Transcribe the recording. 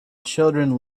children